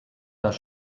das